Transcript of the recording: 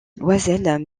loisel